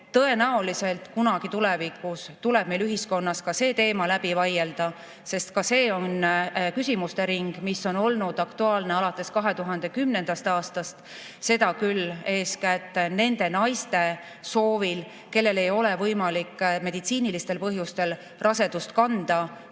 Tõenäoliselt kunagi tulevikus tuleb meil ühiskonnas ka see teema läbi vaielda, sest see küsimuste ring on olnud aktuaalne alates 2010. aastast. Seda eeskätt nende naiste soovil, kellel ei ole võimalik meditsiinilistel põhjustel rasedust kanda